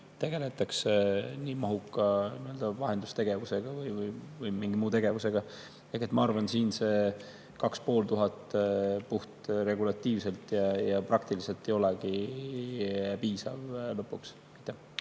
tegeletakse nii mahuka vahendustegevuse või mingi muu tegevusega. Ma arvan, et siin see 2500 regulatiivselt ja praktiliselt ei olegi lõpuks